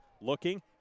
looking